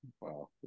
Wow